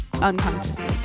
unconsciously